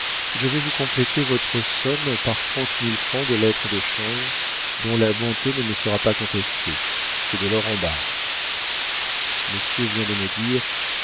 je vais vous compléter votre somme par trente mille francs de lettres de change dont la bonté ne me sera pas contestée c'est de l'or en barres monsieur vient de me dire